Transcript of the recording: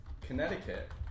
Connecticut